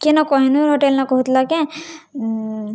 କେନ କହିନୁର୍ ହୋଟେଲ୍ନ କହୁଥିଲ କେଁ